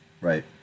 Right